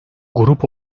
grup